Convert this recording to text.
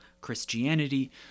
Christianity